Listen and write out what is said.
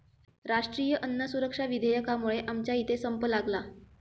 राष्ट्रीय अन्न सुरक्षा विधेयकामुळे आमच्या इथे संप लागला